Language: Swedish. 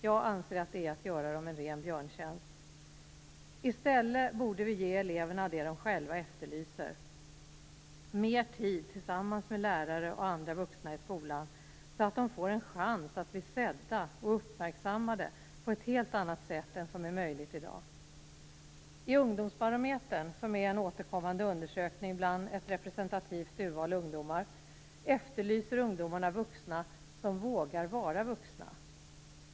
Jag anser att det är att göra dem en björntjänst. I stället borde vi ge eleverna det de själva efterlyser, mer tid tillsammans med lärare och andra vuxna i skolan så att de får en chans att bli sedda och uppmärksammade på ett helt annat sätt än vad som är möjligt i dag. I Ungdomsbarometen, som är en återkommande undersökning bland ett representativt urval ungdomar, efterlyser ungdomarna vuxna som vågar vara vuxna.